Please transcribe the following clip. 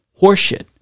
horseshit